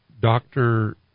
doctor